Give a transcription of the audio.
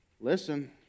Listen